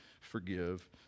forgive